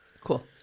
Cool